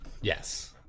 yes